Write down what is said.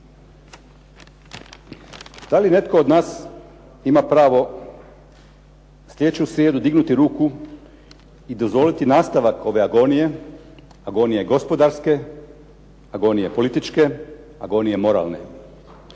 Da li netko od nas ima pravo slijedeću srijedu dignuti ruku i dozvoliti nastavak ove agonije, agonije gospodarske, agonije političke, agonije moralne?